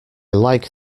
like